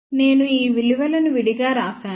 నేను ఈ విలువలను విడిగా వ్రాశాను